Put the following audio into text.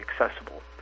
accessible